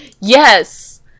Yes